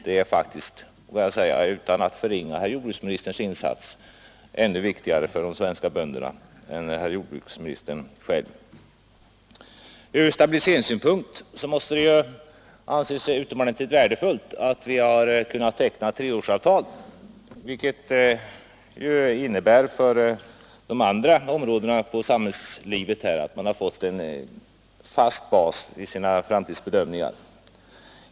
Detta är — utan att förringa jordbruksministerns insats — ännu viktigare för de svenska bönderna än herr jordbruksministern själv. Från stabiliseringssynpunkt måste det anses utomordentligt värdefullt att vi kunnat teckna ett treårsavtal. Det innebär att de andra områdena av samhällslivet har fått en fast bas för sina framtidsbedömningar.